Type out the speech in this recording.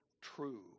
true